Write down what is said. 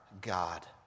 God